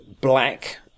black